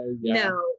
No